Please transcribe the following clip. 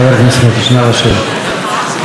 נא לשבת.